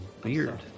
beard